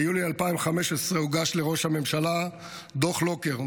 ביולי 2015 הוגש לראש הממשלה דוח לוקר,